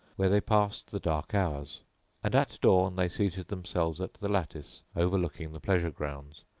where they passed the dark hours and at dawn they seated themselves at the lattice overlooking the pleasure grounds,